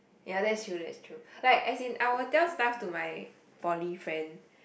ya that's true that's true like as in I will tell stuff to my poly friend